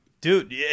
Dude